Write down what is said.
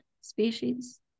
species